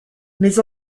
mais